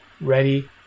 ready